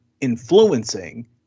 influencing –